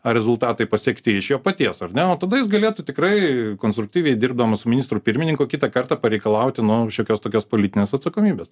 rezultatai pasiekti iš jo paties ar ne o tada jis galėtų tikrai konstruktyviai dirbdamas ministru pirmininku kitą kartą pareikalauti na šiokios tokios politinės atsakomybės